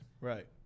right